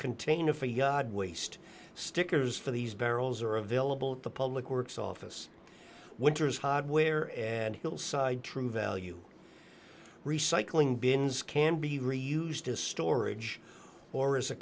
container for yod waste stickers for these barrels are available to the public works office winter's hardware and hillside true value recycling bins can be reused to storage or as a